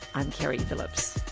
i'm keri phillips